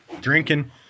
Drinking